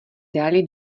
dali